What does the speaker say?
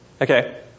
Okay